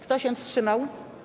Kto się wstrzymał?